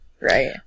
Right